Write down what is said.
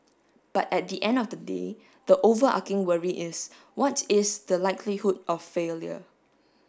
but at the end of the day the overarching worry is what is the likelihood of failure